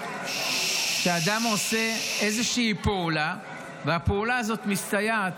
כשאדם עושה איזושהי פעולה והפעולה הזאת מסתייעת.